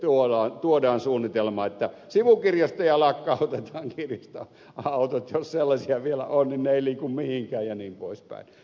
heti tuodaan suunnitelma että sivukirjastoja lakkautetaan kirjastoautot jos sellaisia vielä on eivät liiku mihinkään jnp